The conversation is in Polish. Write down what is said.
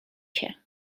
się